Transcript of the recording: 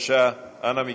בבקשה, אנא מכם.